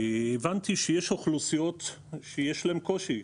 הבנתי שיש אוכלוסיות שיש להן קושי.